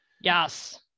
Yes